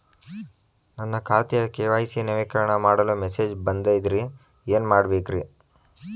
ನನ್ನ ಖಾತೆಯ ಕೆ.ವೈ.ಸಿ ನವೇಕರಣ ಮಾಡಲು ಮೆಸೇಜ್ ಬಂದದ್ರಿ ಏನ್ ಮಾಡ್ಬೇಕ್ರಿ?